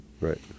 Right